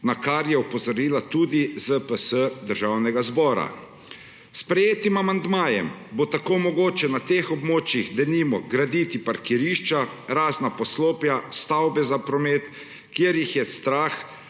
na kar je opozorila tudi ZPS Državnega zbora. S sprejetim amandmajem bo tako mogoče na teh območjih, denimo, graditi parkirišča, razna poslopja, stavbe za promet, pri čemer jih je strah,